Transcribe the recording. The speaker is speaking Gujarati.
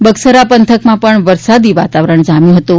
બગસરા પંથકમાં પણ વરસાદી વાતાવરણ જામ્યું હતું